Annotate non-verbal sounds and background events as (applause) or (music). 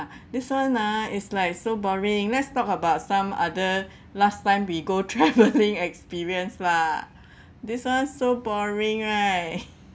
this [one] ah is like so boring let's talk about some other last time we go travelling (laughs) experience lah this one so boring right